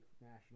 National